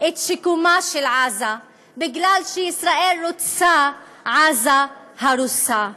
את שיקומה של עזה, כי ישראל רוצה עזה הרוסה.